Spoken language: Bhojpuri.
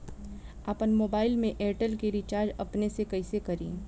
आपन मोबाइल में एयरटेल के रिचार्ज अपने से कइसे करि?